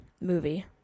movie